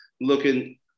looking